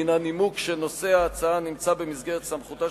בנימוק שנושא ההצעה הוא במסגרת סמכותה.